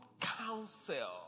counsel